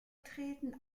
treten